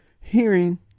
hearing